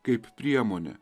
kaip priemonę